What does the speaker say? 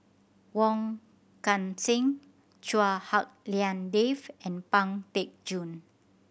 Wong Kan Seng Chua Hak Lien Dave and Pang Teck Joon